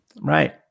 right